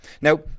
now